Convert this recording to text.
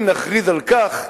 אם נכריז על כך,